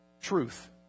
truth